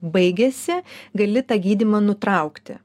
baigėsi gali tą gydymą nutraukti